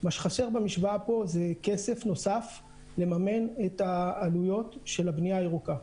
מה שחסר במשוואה פה זה כסף נוסף לממן את העלויות של הבנייה הירוקה.